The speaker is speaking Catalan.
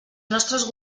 nostres